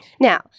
Now